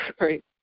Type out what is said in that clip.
right